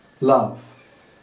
love